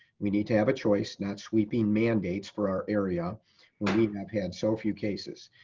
we need to have a choice, not sweeping mandates for our area when even have had so few cases.